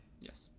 Yes